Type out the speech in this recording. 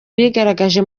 bigaragaje